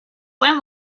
went